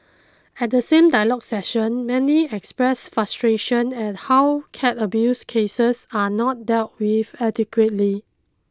at the same dialogue session many expressed frustration at how cat abuse cases are not dealt with adequately